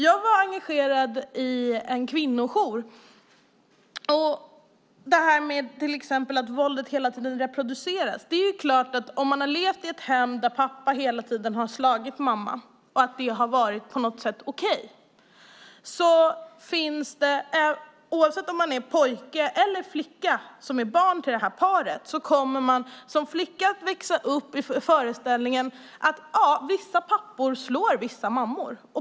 Jag var engagerad i en kvinnojour och såg till exempel att våldet hela tiden reproduceras. Om man som flicka har levt i ett hem där pappa hela tiden har slagit mamma, och det på något sätt har varit okej, kommer hon att växa upp i föreställningen att vissa pappor slår vissa mammor.